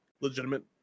legitimate